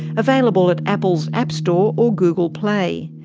available at apple's app store or google play.